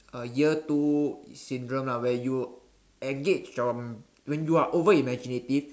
a year two syndrome lah where you engage your when you are over imaginative